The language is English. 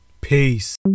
Peace